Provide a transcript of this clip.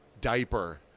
diaper